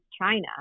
China